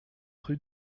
rue